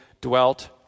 dwelt